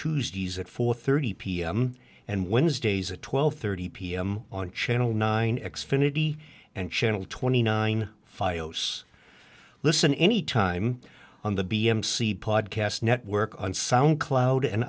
tuesdays at four thirty pm and wednesdays at twelve thirty pm on channel nine x finity and channel twenty nine fi os listen any time on the b m seed podcast network on sound cloud and